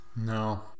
no